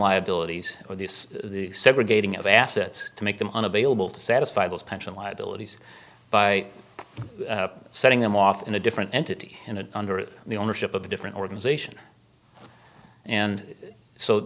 liabilities or the segregating of assets to make them unavailable to satisfy those pension liabilities by setting them off in a different entity in an under the ownership of a different organization and so